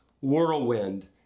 whirlwind